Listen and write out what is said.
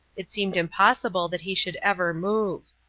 it seemed impossible that he should ever move.